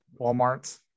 Walmarts